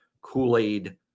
Kool-Aid